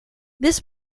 this